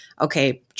okay